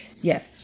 Yes